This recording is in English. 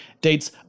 dates